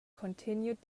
continued